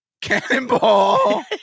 cannonball